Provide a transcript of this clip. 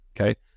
Okay